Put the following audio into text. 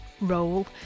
role